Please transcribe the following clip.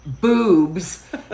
boobs